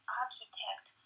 architect